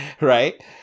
Right